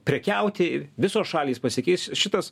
prekiauti visos šalys pasikeis šitas